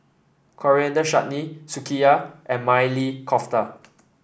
Coriander Chutney and Maili Kofta